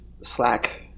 Slack